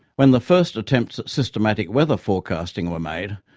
when the first attempts at systematic weather forecasting were made,